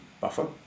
buffer